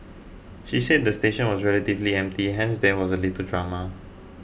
she said the station was relatively empty hence there was little drama